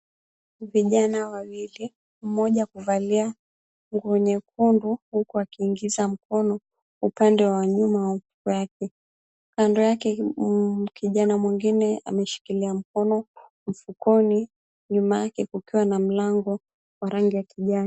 Vijana wawili, mmoja kuvalia nguo nyekundu huku akiingiza mkono upande wa nyuma wa mfuko yake. Kando yake, kijana mwengine ameshikilia mkono mfukoni, nyuma yake kukiwa na mlango wa rangi ya kijani.